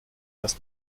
lass